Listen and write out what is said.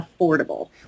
affordable